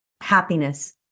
happiness